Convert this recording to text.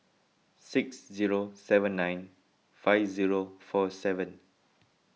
six zero seven nine five zero four seven